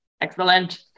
Excellent